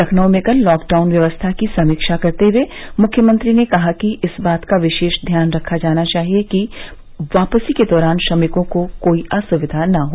लखनऊ में कल लॉकडाउन व्यवस्था की समीक्षा करते हुए मुख्यमंत्री ने कहा कि इस बात का विशेष ध्यान रखा जाना चाहिए कि वापसी के दौरान श्रमिकों को कोई असुविधा न हो